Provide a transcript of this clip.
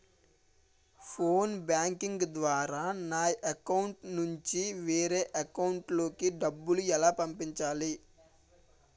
Phone banking ద్వారా నా account నుంచి వేరే అకౌంట్ లోకి డబ్బులు ఎలా పంపించాలి?